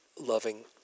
Loving